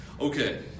Okay